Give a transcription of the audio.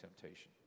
temptation